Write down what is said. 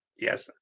Yes